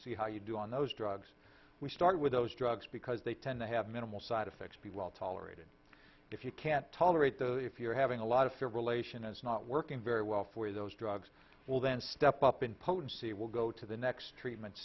see how you do on those drugs we start with those drugs because they tend to have minimal side effects be well tolerated if you can't tolerate those if you are having a lot of fibrillation it's not working very well for those drugs well then step up in potency will go to the next treatment